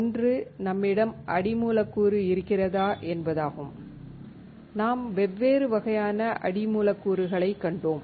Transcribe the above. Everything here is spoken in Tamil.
ஒன்று நம்மிடம் அடி மூலக்கூறு இருக்கிறதா என்பதாகும் நாம் வெவ்வேறு வகையான அடி மூலக்கூறுகளைக் கண்டோம்